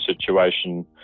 situation